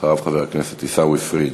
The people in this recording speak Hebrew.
אחריו, חבר הכנסת עיסאווי פריג'.